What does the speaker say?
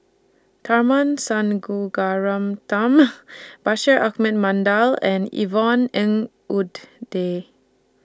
Tharman Bashir Ahmad and Yvonne Ng